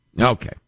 Okay